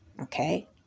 okay